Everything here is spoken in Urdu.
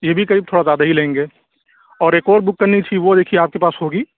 یہ بھی قریب تھوڑا زیادہ ہی لیں گے اور ایک اور بک کرنی تھی وہ دیکھیے آپ کے پاس ہوگی